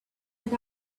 and